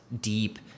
deep